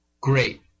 great